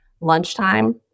lunchtime